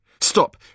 Stop